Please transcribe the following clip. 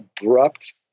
abrupt